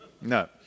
No